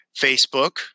Facebook